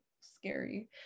scary